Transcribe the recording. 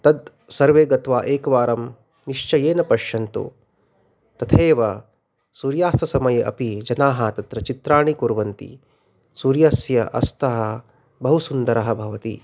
तत् सर्वे गत्वा एकवारं निश्चयेन पश्यन्तु तथैव सूर्यास्तसमये अपि जनाः तत्र चित्राणि कुर्वन्ति सूर्यस्य अस्तः बहु सुन्दरः भवति